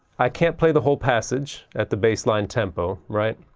i can't play the whole passage at the baseline tempo right?